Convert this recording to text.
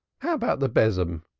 how about the besom?